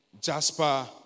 jasper